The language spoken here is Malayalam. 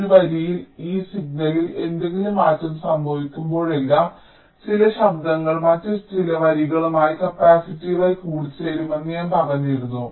ഒരു വരിയിൽ ഈ സിഗ്നലിൽ എന്തെങ്കിലും മാറ്റം സംഭവിക്കുമ്പോഴെല്ലാം ചില ശബ്ദങ്ങൾ മറ്റ് ചില വരികളുമായി കപ്പാസിറ്റീവായി കൂടിച്ചേരുമെന്ന് ഞാൻ പറഞ്ഞിരുന്നു